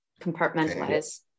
Compartmentalize